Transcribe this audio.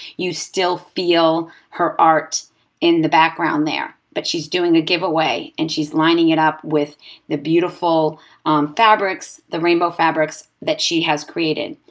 you still feel her art in the background there. but she's doing a giveaway, and she's lining it up with the beautiful fabrics, the rainbow fabrics, that she has created.